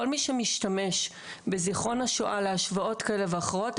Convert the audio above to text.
כל מי שמשתמש בזיכרון השואה להשוואות כאלה ואחרות,